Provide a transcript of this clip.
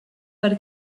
per